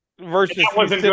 Versus